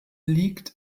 liegt